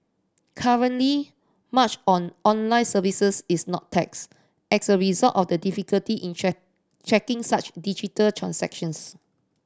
currently much on online services is not taxed as a result of the difficulty in tracking such digital transactions